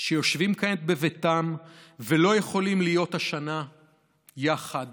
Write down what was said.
שיושבים כעת בביתם ולא יכולים להיות השנה יחד